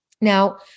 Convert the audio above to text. Now